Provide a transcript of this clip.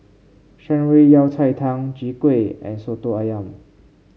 Shan Rui Yao Cai Tang Chwee Kueh and soto ayam